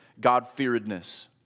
God-fearedness